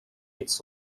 its